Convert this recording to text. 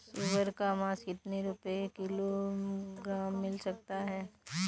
सुअर का मांस कितनी रुपय किलोग्राम मिल सकता है?